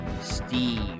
Steve